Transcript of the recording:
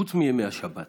חוץ מימי השבת